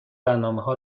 برنامهها